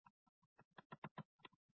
FABC B